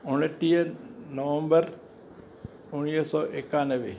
उणटीह नवंबर उणिवीह सौ एकानवे